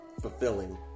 fulfilling